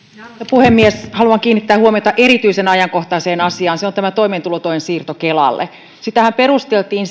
puhemies haluan kiinnittää huomiota erityisen ajankohtaiseen asiaan se on tämä toimeentulotuen siirto kelalle sitähän perusteltiin